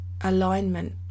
alignment